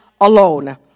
alone